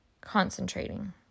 concentrating